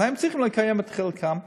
אבל הם צריכים לקיים את חלקם.